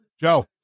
Joe